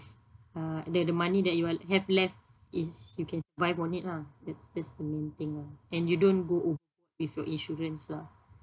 uh the the money that you uh have left is you can survive on it lah that's the main thing lah and you don't go with your insurance lah